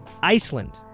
iceland